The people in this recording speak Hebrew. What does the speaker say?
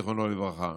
זיכרונו לברכה.